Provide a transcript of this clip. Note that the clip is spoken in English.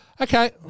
Okay